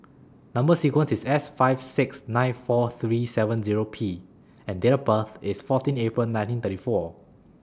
Number sequence IS S five six nine four three seven Zero P and Date of birth IS fourteen April nineteen thirty four